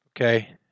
okay